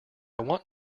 want